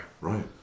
Right